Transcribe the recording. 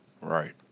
Right